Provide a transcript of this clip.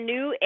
New